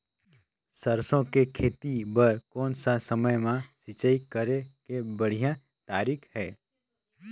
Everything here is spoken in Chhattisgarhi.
सरसो के खेती बार कोन सा समय मां सिंचाई करे के बढ़िया तारीक हे?